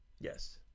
Yes